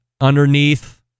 underneath